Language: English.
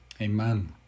amen